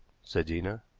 said zena.